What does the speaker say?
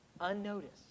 unnoticed